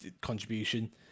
contribution